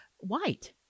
white